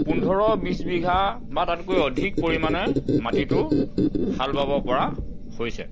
পোন্ধৰ বিছ বিঘা বা তাতকৈ অধিক পৰিমাণে মাটিটো হাল বাব পৰা হৈছে